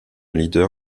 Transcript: leader